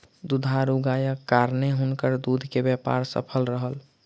दुधारू गायक कारणेँ हुनकर दूध के व्यापार सफल रहल